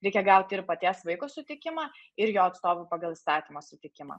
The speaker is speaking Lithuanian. reikia gauti ir paties vaiko sutikimą ir jo atstovų pagal įstatymą sutikimą